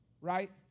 right